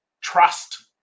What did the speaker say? trust